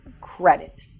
credit